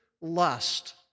lust